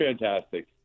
fantastic